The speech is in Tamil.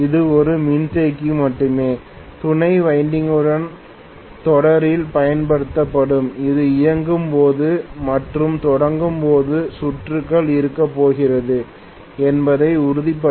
இது ஒரு மின்தேக்கி மட்டுமே துணை வைண்டிங் குடன் தொடரில் பயன்படுத்தப்படும் அது இயங்கும் போது மற்றும் தொடங்கும் போது சுற்றுக்குள் இருக்கப் போகிறது என்பதை உறுதிப்படுத்த